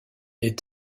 est